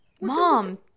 Mom